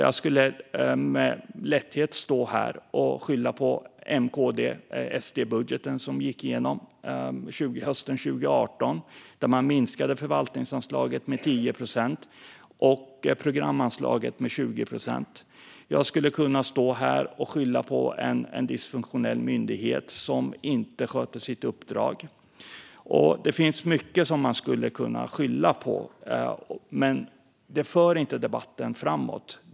Jag skulle med lätthet kunna stå här och skylla på MKD-SD-budgeten, som gick igenom hösten 2018 och där man minskade förvaltningsanslaget med 10 procent och programanslaget med 20 procent. Jag skulle kunna stå här och skylla på en dysfunktionell myndighet som inte sköter sitt uppdrag. Det finns mycket som man skulle kunna skylla på. Men det för inte debatten framåt.